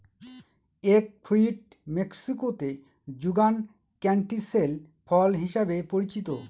egg fruit মেক্সিকোতে যুগান ক্যান্টিসেল ফল হিসাবে পরিচিত